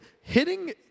hitting